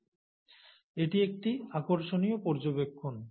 এটি একটি আকর্ষণীয় পর্যবেক্ষণ